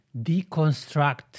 deconstruct